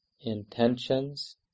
Intentions